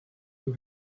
you